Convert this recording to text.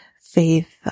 faith